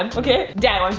and okay? dad and